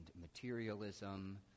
materialism